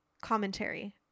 commentary